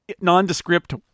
nondescript